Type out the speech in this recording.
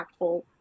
impactful